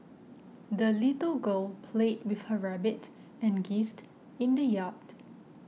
the little girl played with her rabbit and geesed in the yard